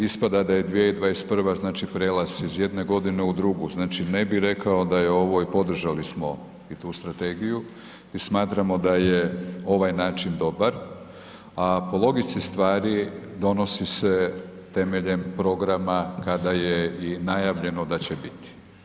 Ispada da je 2021. znači prijelaz iz jedne godine u drugu, znači ne bi rekao da je ovoj i podržali smo i tu strategiju i smatramo da je ovaj način dobar, a po logici stvari donosi se temeljem programa kada je i najavljeno da će biti.